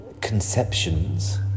conceptions